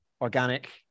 organic